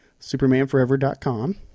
supermanforever.com